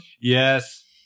Yes